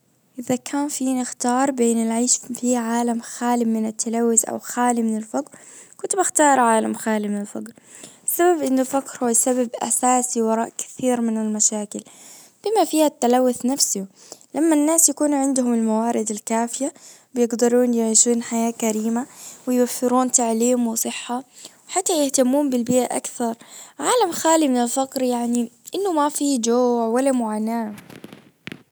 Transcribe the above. اذا كان في نختار بين العيش في عالم خالي من التلوث او خالي من الفقر كنت بختار عالم خالي من الفقر بسبب انه سبب اساسي وراء كثير من المشاكل بما فيها التلوث نفسه لما الناس يكون عندهم الموارد الكافية بيجدرون يعيشون حياة كريمة ويفرون تعليم وصحة. حتى يهتمون بالبيئة اكثر. عالم خالي من الفقر يعني انه ما في جوع ولا معاناة.